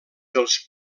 dels